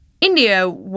India